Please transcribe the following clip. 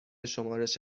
شمارش